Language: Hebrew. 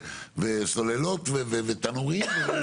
וסוללות ותנורים.